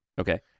Okay